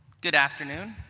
good afternoon.